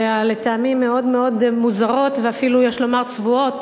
לטעמי מאוד מאוד מוזרות, ואפילו יש לומר צבועות,